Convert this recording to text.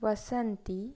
Vasanthi